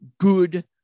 good